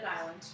island